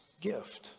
gift